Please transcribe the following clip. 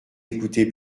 écoutez